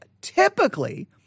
typically